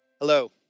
Hello